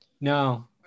No